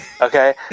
okay